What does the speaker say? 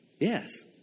Yes